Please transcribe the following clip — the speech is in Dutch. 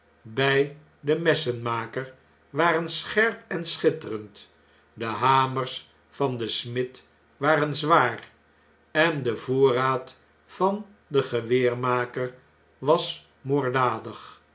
bg den messenmaker waren scherp en schitterend de hamers van den smid waren zwaar en de voorraad van den geweermaker was moorddadig